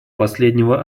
последнего